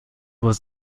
was